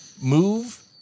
move